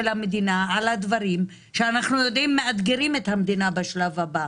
המדינה על הדברים שמאתגרים את המדינה בשלב הבא.